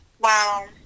Wow